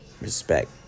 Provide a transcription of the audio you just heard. Respect